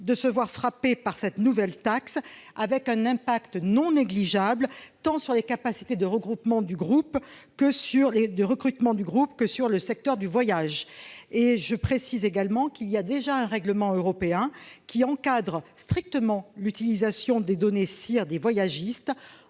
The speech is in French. de se voir frapper par cette nouvelle taxe, ce qui aurait un impact non négligeable tant sur les capacités de recrutement du groupe que sur le secteur du voyage. Je précise en outre qu'il existe déjà un règlement européen qui encadre strictement l'utilisation des données SIR des voyagistes,